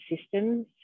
systems